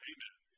Amen